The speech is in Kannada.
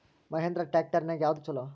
ಮಹೇಂದ್ರಾ ಟ್ರ್ಯಾಕ್ಟರ್ ನ್ಯಾಗ ಯಾವ್ದ ಛಲೋ?